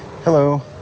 Hello